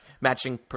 matching